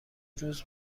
روز